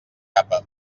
capa